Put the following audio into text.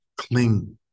Cling